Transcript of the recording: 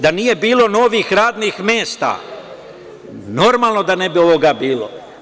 Da nije bilo novih radnih mesta normalno da ne bi ovoga bilo.